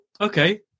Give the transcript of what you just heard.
okay